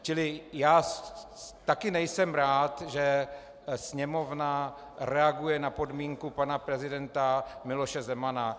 Čili já taky nejsem rád, že Sněmovna reaguje na podmínku pana prezidenta Miloše Zemana.